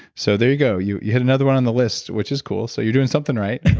so there you go. you you hit another one on the list, which is cool. so you're doing something right.